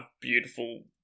beautiful